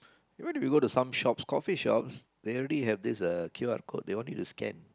even if we go to some shops coffee shops they already have this uh Q_R code they want you to scan